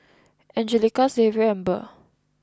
Angelica Xavier and Burr